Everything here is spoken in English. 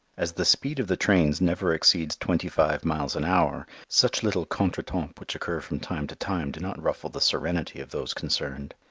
as the speed of the trains never exceeds twenty-five miles an hour, such little contretemps which occur from time to time do not ruffle the serenity of those concerned.